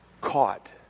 caught